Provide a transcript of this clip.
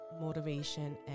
motivation